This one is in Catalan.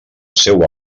seua